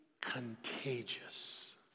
contagious